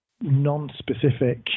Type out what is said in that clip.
non-specific